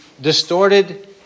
distorted